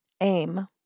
aim